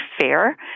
fair